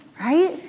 Right